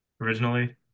originally